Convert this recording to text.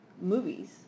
movies